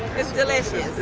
it's delicious.